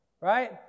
Right